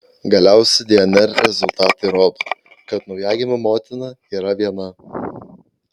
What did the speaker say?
galiausiai dnr rezultatai rodo kad naujagimių motina yra viena